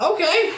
Okay